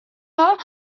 relevant